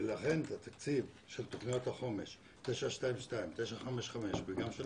ולכן התקציב של תוכניות החומש 922 ו-955 וגם של